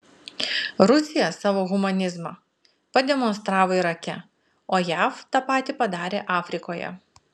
rusija savo humanizmą pademonstravo irake o jav tą patį padarė afrikoje